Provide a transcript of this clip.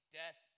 death